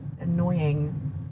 annoying